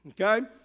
Okay